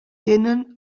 tenen